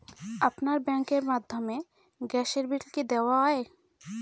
আপনার ব্যাংকের মাধ্যমে গ্যাসের বিল কি দেওয়া য়ায়?